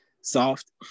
soft